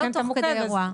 אבל תוך כדי אירוע,